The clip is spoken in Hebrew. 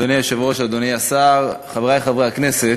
אדוני היושב-ראש, אדוני השר, חברי חברי הכנסת,